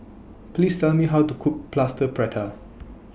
Please Tell Me How to Cook Plaster Prata